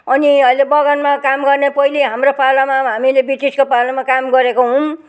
अनि अहिले बगानमा काम गर्ने पहिले हाम्रो पालामा हामीले ब्रिटिसको पालामा काम गरेको हौँ